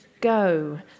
Go